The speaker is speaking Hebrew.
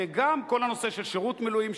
וגם כל הנושא של שירות מילואים,